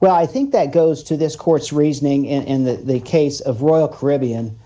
well i think that goes to this court's reasoning in the case of royal caribbean